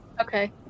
Okay